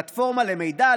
"פלטפורמה למידע,